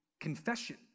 confession